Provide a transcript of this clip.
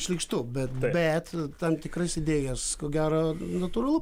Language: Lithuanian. šlykštu bet bet tam tikras idėjas ko gero natūralu